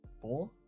four